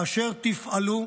באשר תפעלו,